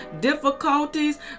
difficulties